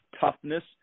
toughness